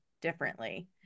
differently